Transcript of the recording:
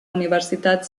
universitat